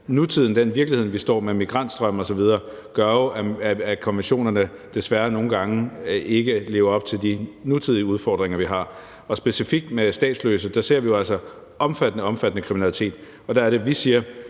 nutiden og den virkelighed, vi står i, med migrantstrømme osv. gør jo, at konventionerne desværre nogle gange ikke lever op til de nutidige udfordringer, vi har. Specifikt i forhold til statsløse ser vi jo altså omfattende kriminalitet, og der er det, vi siger: